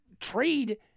trade